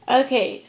okay